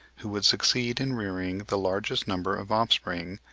who would succeed in rearing the largest number of offspring,